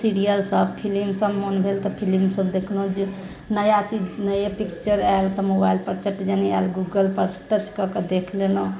serial सब film सब मन भेल फिलिम सब देखलहुँ जे नया चीज नया पिक्चर आयल तऽ मोबाइल पर चट देने आयल गूगल पर टच कऽके देखि लेलहुँ